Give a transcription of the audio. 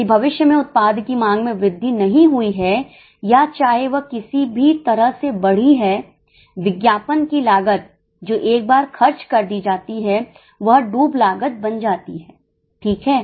यदि भविष्य में उत्पाद की मांग में वृद्धि नहीं हुई है या चाहे वह किसी भी तरह से बड़ी है विज्ञापन की लागत जो एक बार खर्च कर दी जाती है वह डूब लागत बन जाती है ठीक है